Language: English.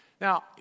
Now